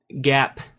gap